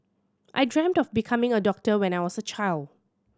I dreamt of becoming a doctor when I was a child